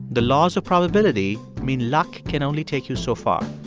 the laws of probability mean luck can only take you so far